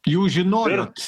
jūs žinojot